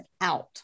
out